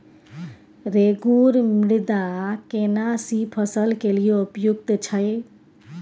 रेगुर मृदा केना सी फसल के लिये उपयुक्त छै?